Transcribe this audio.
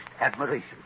admiration